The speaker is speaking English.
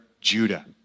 Judah